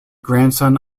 grandson